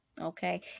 okay